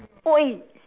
!oi!